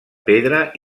pedra